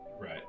Right